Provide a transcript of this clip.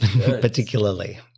particularly